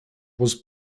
was